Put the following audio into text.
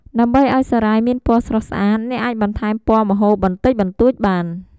ដើម្បីឱ្យសារាយមានពណ៌ស្រស់ស្អាត អ្នកអាចបន្ថែមពណ៌ម្ហូបបន្តិចបន្តួចបាន។